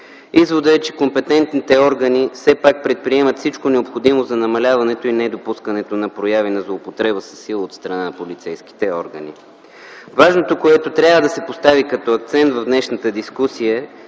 Изводът е, че компетентните органи все пак предприемат всичко необходимо за намаляването и недопускането на прояви на злоупотреба със сила от страна на полицейските органи. Важното, което трябва да се постави като акцент в днешната дискусия,